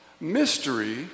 Mystery